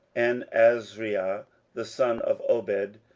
and azariah the son of obed,